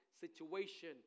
situation